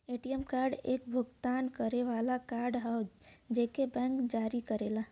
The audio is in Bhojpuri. ए.टी.एम कार्ड एक भुगतान करे वाला कार्ड हौ जेके बैंक जारी करेला